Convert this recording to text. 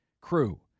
crew